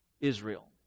Israel